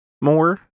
more